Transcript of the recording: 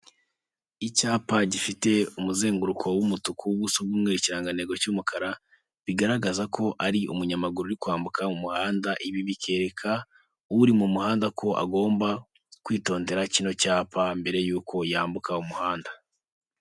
Icyapa gifite umuzenguruko w'umutuku, ubusu bw'umweru ikirangantego cy'umukara, bigaragaza ko ari umunyamaguru kwambuka umuhanda, ibi bikerereka uri m'umuhanda ko agomba kwitondera kino cyapa mbere y'uko yambuka umuhanda.